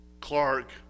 Clark